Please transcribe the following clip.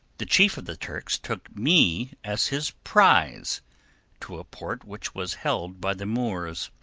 the chief of the turks took me as his prize to a port which was held by the moors.